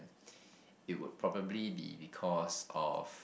it would probably be because of